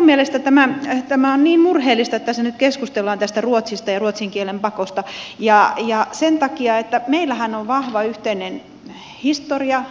minun mielestäni tämä on niin murheellista että tässä nyt keskustellaan tästä ruotsista ja ruotsin kielen pakosta sen takia että meillähän on vahva yhteinen historia